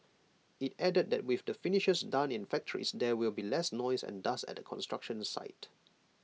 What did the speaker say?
IT added that with the finishes done in factories there will be less noise and dust at the construction site